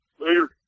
Later